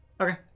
okay